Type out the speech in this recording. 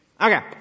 Okay